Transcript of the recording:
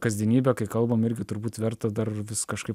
kasdienybė kai kalbam irgi turbūt verta dar vis kažkaip